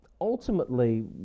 ultimately